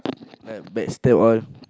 like back stab all